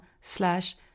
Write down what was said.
slash